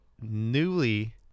newly